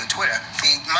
Twitter